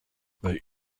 they